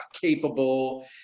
capable